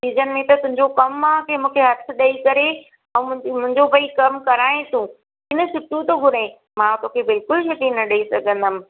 season में त तुंहिंजो कमु आहे की मूंखे हथु ॾेई करे ऐं मुंहिंजो भई कमु कराए तूं की छुटी थो घुरीं मां तोखे बिल्कुलु छुटी न ॾेई सघंदमि